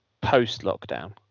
post-lockdown